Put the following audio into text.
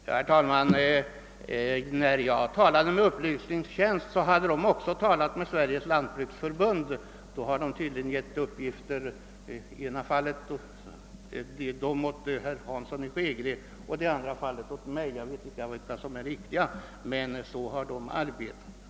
Herr talman! När jag begärde upplys ning i den fråga det här gäller från riksdagens upplysningstjänst, fick jag reda på att man där hade talat med Sveriges lantbruksförbund. Det har tydligen lämnats uppgifter av ett slag till herr Hansson i Skegrie och uppgifter av ett annat slag till mig, och jag vet inte vilka uppgifter som är riktiga.